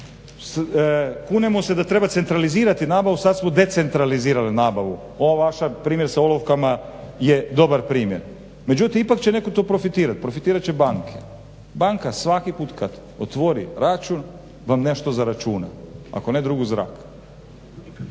kunemo se da treba centralizirati nabavu, sad smo decentralizirali nabavu. Ovaj vaš primjer sa olovkama je dobar primjer. Međutim, ipak će netko tu profitirati. Profitirat će banke. Banka svaki put kad otvori račun vam nešto zaračuna. Ako ne drugo, zrak.